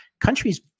countries